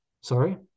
Sorry